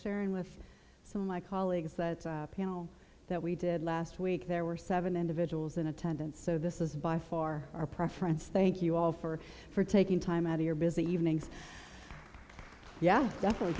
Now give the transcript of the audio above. sharing with some of my colleagues the panel that we did last week there were seven individuals in attendance so this is by far our preference thank you all for for taking time out of your busy evenings yeah definitely